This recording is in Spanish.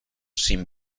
sin